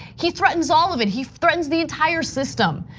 he threatens all of it, he threatens the entire system.